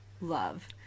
love